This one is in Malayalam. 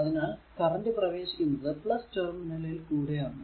അതിനാൽ കറന്റ്പ്രവേശിക്കുന്നത് ടെർമിനലിൽ കൂടെ ആണ്